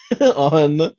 on